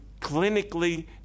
clinically